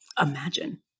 imagine